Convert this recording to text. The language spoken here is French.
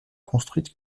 construite